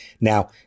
Now